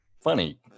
funny